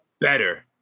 Better